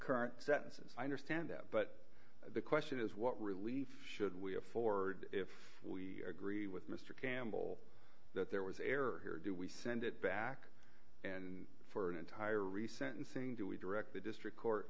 concurrent sentences i understand that but the question is what relief should we afford if we agree with mr campbell that there was a error here do we send it back in for an entire re sentencing do we direct the district court